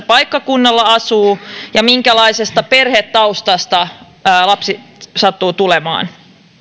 paikkakunnalla asuu ja minkälaisesta perhetaustasta lapsi sattuu tulemaan